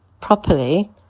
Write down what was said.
properly